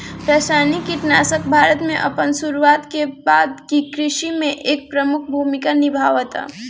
रासायनिक कीटनाशक भारत में अपन शुरुआत के बाद से कृषि में एक प्रमुख भूमिका निभावता